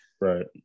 Right